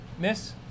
Miss